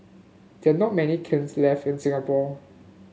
there are not many kilns left in Singapore